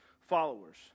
followers